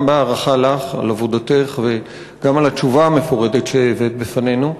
גם בהערכה לך על עבודתך וגם על התשובה המפורטת שהבאת בפנינו.